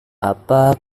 apa